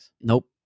Nope